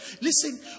Listen